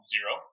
Zero